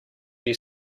you